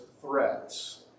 threats